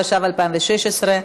התשע"ו 2016,